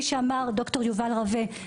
כפי שאמר ד"ר יובל רווה,